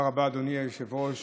תודה רבה, אדוני היושב-ראש.